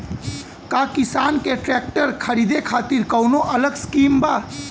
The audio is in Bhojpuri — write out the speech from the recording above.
का किसान के ट्रैक्टर खरीदे खातिर कौनो अलग स्किम बा?